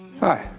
Hi